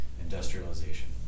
industrialization